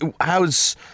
how's